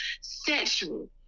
sexual